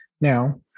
now